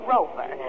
Rover